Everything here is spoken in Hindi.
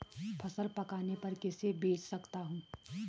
फसल पकने पर किसे बेच सकता हूँ?